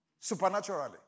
Supernaturally